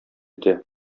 итә